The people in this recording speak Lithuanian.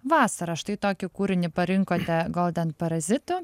vasara štai tokį kūrinį parinkote golden parazitų